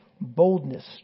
boldness